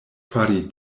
fari